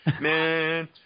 Man